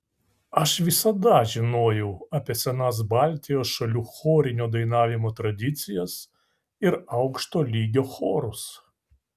aš visada žinojau apie senas baltijos šalių chorinio dainavimo tradicijas ir aukšto lygio chorus